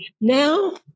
Now